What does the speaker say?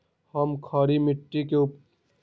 हम खड़ी मिट्टी के उपचार कईसे करी?